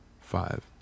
five